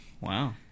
Wow